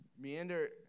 Meander